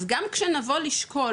אז גם שנבוא לשקול,